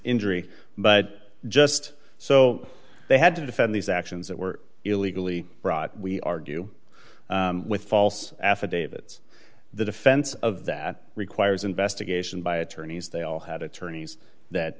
injury but just so they had to defend these actions that were illegally brought we argue with false affidavits the defense of that requires investigation by attorneys they all had attorneys that